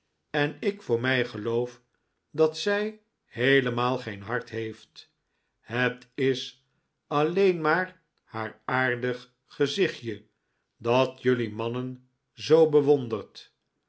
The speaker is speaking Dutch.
en ik voor mij geloof dat zij heelemaal geen hart heeft het is alleen maar haar aardig gezichtje dat jelui mannen zoo bewondert